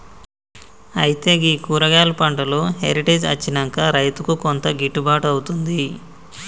అయితే గీ కూరగాయలు పంటలో హెరిటేజ్ అచ్చినంక రైతుకు కొంత గిట్టుబాటు అవుతుంది